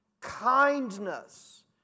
Kindness